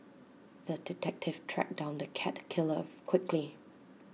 the detective tracked down the cat killer quickly